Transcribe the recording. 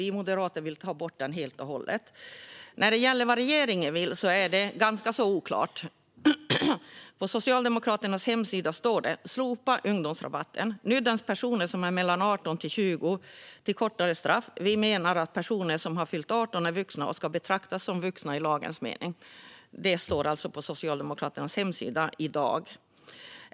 Vi vill ta bort det helt och hållet. Vad regeringen vill är ganska oklart. På Socialdemokraternas hemsida står det: "Slopa ungdomsrabatten. Nu döms personer som är mellan 18-20 år till kortare straff. Vi menar att personer som har fyllt 18 är vuxna och ska betraktas som vuxna i lagens mening." Det står alltså på Socialdemokraternas hemsida i dag.